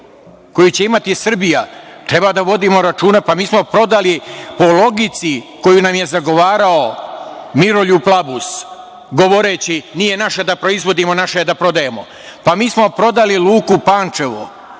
koju će imati Srbija treba da vodimo računa. Pa mi smo prodali po logici koju nam je zagovarao Miroljub Labus, govoreći nije naše da proizvodimo, naše je da prodajemo. Mi smo prodali Luku Pančevo,